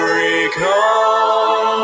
recall